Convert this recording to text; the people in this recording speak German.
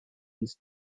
dies